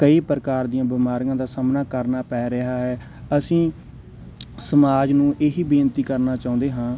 ਕਈ ਪ੍ਰਕਾਰ ਦੀਆਂ ਬਿਮਾਰੀਆਂ ਦਾ ਸਾਹਮਣਾ ਕਰਨਾ ਪੈ ਰਿਹਾ ਹੈ ਅਸੀਂ ਸਮਾਜ ਨੂੰ ਇਹ ਹੀ ਬੇਨਤੀ ਕਰਨਾ ਚਾਹੁੰਦੇ ਹਾਂ